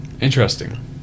Interesting